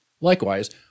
Likewise